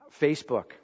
Facebook